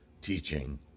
teaching